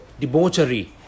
debauchery